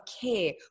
care